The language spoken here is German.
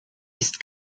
ist